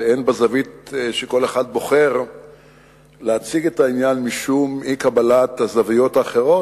ואין בזווית שכל אחד בוחר להציג את העניין משום אי-קבלת הזוויות האחרות,